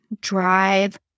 drive